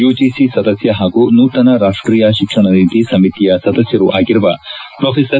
UGC ಸದಸ್ಯ ಹಾಗೂ ನೂತನ ರಾಷ್ಷೀಯ ಶಿಕ್ಷಣ ನೀತಿ ಸಮಿತಿಯ ಸದಸ್ಯರೂ ಆಗಿರುವ ಪೆಡ್ರಿ